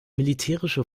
militärische